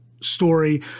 story